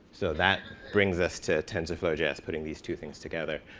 so that brings us to tensorflow js. putting these to things together.